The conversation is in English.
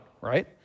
right